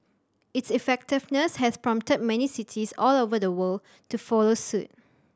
its effectiveness has prompted many cities all over the world to follow suit